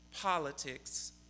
politics